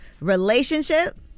relationship